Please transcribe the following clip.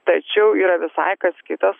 tačiau yra visai kas kita